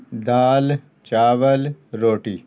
دال چاول روٹی